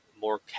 more